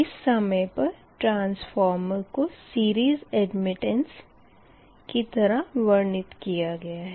इस समय पर ट्रांसफॉर्मर को सीरीज़ एडमिटटेंस की तरह वर्णित किया गया है